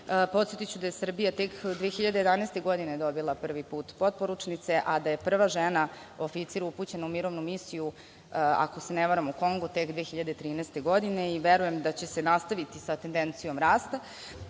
staža. Podsetiću da je Srbija tek 2011. godine dobila prvi puta potporučnice, a da je prva žena oficir upućena u mirovnu misiju, ako se ne varam u Kongu tek 2013. godine i verujem da će se nastaviti sa tendencijom rasta